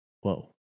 Whoa